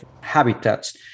habitats